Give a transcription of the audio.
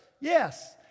Yes